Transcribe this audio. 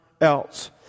else